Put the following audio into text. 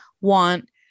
want